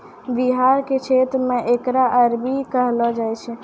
बिहार के क्षेत्र मे एकरा अरबी कहलो जाय छै